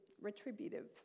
retributive